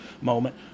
moment